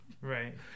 right